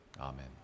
Amen